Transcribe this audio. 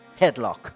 Headlock